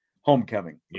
homecoming